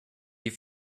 die